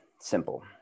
simple